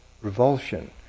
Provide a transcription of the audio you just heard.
Revulsion